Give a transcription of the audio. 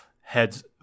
Heads